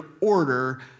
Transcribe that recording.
order